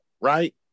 right